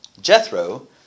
Jethro